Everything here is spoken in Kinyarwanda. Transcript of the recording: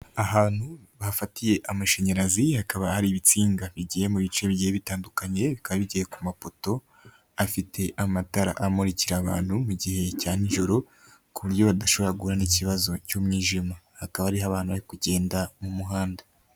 Ahantu bafatiye amashanyarazi hakaba hari ibitsinga bigiye mu bice bibiri bitandukanye, bikaba bigiye ku mapoto afite amatara amurikira abantu mu gihe cya nijoro ku buryo badashobora guhura n'ikibazo cy'umwijima, hakaba hari abana bari kugenda mu muhanda.